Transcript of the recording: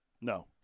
No